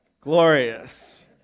Glorious